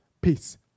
Peace